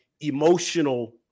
emotional